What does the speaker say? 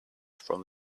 from